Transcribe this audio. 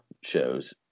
shows